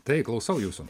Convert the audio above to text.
tai klausau jūsų